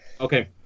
Okay